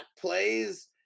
plays